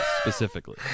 specifically